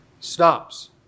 stops